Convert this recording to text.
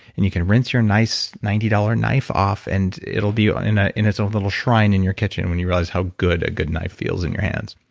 and you can rinse your nice ninety dollars knife off and it'll be ah in ah in its own little shrine in your kitchen when you realize how good a good knife feels in your hands